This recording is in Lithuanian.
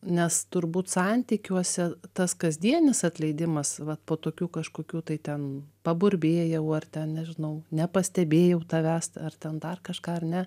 nes turbūt santykiuose tas kasdienis atleidimas vat po tokių kažkokių tai ten paburbėjau ar ten nežinau nepastebėjau tavęs ar ten dar kažką ar ne